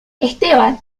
esteban